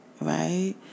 right